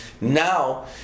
Now